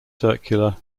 circular